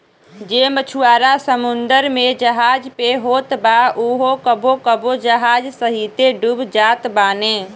जे मछुआरा समुंदर में जहाज पे होत बा उहो कबो कबो जहाज सहिते डूब जात बाने